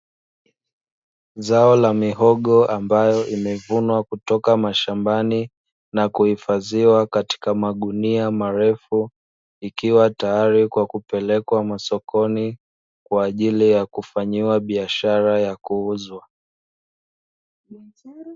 Zao la mihogo ambayo imevunwa kutoka mashambani na kuhifadhiwa katika magunia marefu, ikiwa tayari kwa kupelekwa masokoni kwaajili ya kufanyiwa biashara ya kuuzwa.